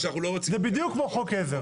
זה בדיוק כמו חוק עזר.